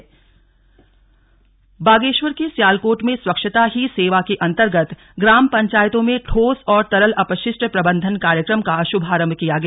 slug स्वच्छता ही सेवा बागेश्वर के स्याकोट में स्वच्छता ही सेवा के अन्तर्गत ग्राम पंचायतों में ठोस और तरल अपषिश्ट प्रबन्धन कार्यक्रम का शुभारंभ किया गया